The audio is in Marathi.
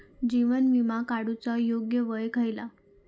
जीवन विमा काडूचा योग्य वय खयला?